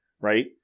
right